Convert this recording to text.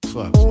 Fuck